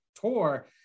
tour